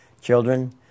children